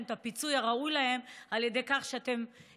את הפיצוי הראוי להם על ידי כך שתאריכו,